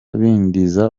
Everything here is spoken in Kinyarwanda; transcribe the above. bidindiza